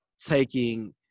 taking